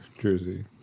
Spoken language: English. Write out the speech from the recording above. jersey